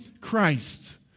Christ